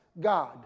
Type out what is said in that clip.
God